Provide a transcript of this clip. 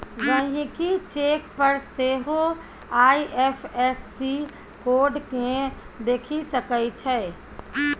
गहिंकी चेक पर सेहो आइ.एफ.एस.सी कोड केँ देखि सकै छै